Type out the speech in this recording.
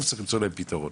צריך למצוא להם פתרון.